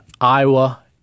Iowa